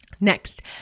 Next